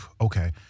Okay